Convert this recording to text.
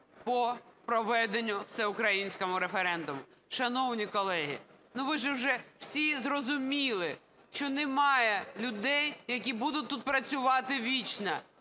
по проведенню всеукраїнського референдуму. Шановні колеги, ну ви ж уже всі зрозуміли, що немає людей, які будуть тут працювати вічно.